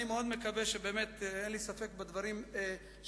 אני מאוד מקווה, ובאמת אין לי ספק בדברים שאמרת.